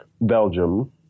Belgium